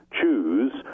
choose